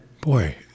Boy